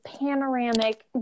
panoramic